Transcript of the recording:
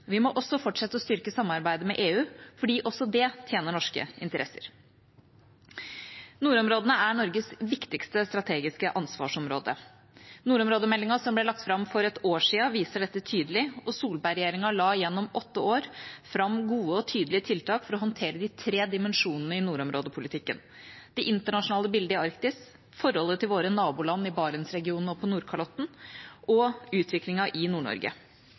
Vi må også fortsette å styrke samarbeidet med EU, fordi også det tjener norske interesser. Nordområdene er Norges viktigste strategiske ansvarsområde. Nordområdemeldingen som ble lagt fram for et år siden, viser dette tydelig. Solberg-regjeringa la gjennom åtte år fram gode og tydelige tiltak for å håndtere de tre dimensjonene i nordområdepolitikken: Det internasjonale bildet i Arktis, forholdet til våre naboland i Barentsregionen og på Nordkalotten og utviklingen i